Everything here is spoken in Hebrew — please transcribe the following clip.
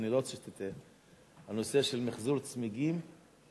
ואני לא רוצה שתטעה, הנושא של מיחזור צמיגים הוא